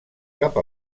cap